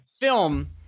film